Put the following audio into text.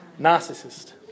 Narcissist